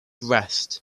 rest